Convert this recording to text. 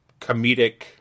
comedic